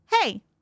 Hey